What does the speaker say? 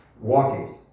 walking